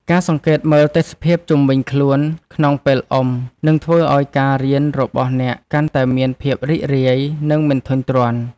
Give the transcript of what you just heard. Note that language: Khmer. ការសង្កេតមើលទេសភាពជុំវិញខ្លួនក្នុងពេលអុំ នឹងធ្វើឱ្យការរៀនរបស់អ្នកកាន់តែមានភាពរីករាយ និងមិនធុញទ្រាន់។